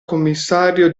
commissario